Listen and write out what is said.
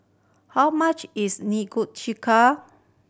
how much is